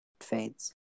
fades